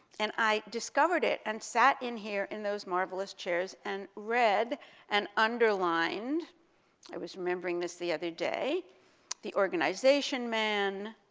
and i discovered it, and sat in here in those marvelous chairs, and read and underlined i was remembering this the other day the organization man,